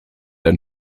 ein